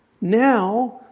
Now